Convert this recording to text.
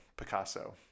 picasso